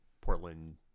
Portland